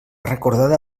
recordada